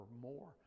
more